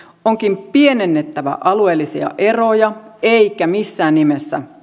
onkin pienennettävä alueellisia eroja eikä missään nimessä